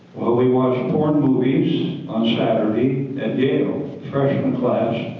we watched porn movies on saturday at yale, freshman class,